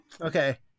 okay